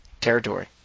territory